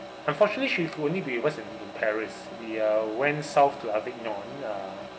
unfortunately she could only be with us in paris we uh went south to uh